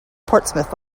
portsmouth